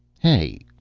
hey,